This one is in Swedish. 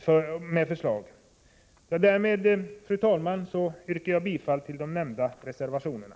Med detta, fru talman, yrkar jag än en gång bifall till reservation 3, samt bifall till reservation 6.